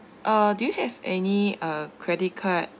uh do you have any uh credit card